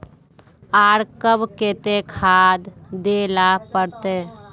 आर कब केते खाद दे ला पड़तऐ?